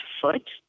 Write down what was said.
foot